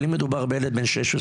אבל אם מדובר בילד בן 16,